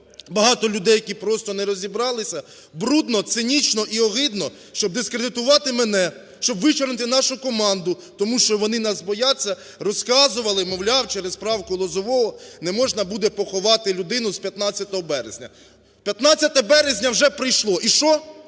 багато людей, які просто не розібралися, брудно, цинічно і огидно, щоб дискредитувати мене, щоб вичорнити нашу команду, тому що вони нас бояться, розказували, мовляв, через правку Лозового не можна буде поховати людину з 15 березня. 15 березня вже пройшло. І що,